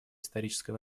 исторической